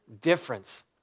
difference